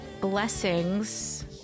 blessings